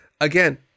Again